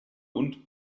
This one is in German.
und